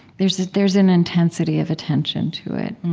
there's there's an intensity of attention to it.